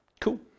Cool